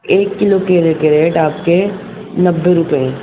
ایک کلو کیلے کے ریٹ آپ کے نبے روپے ہیں